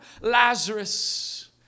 Lazarus